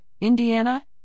Indiana